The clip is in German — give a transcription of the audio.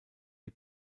die